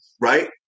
right